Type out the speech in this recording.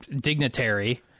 dignitary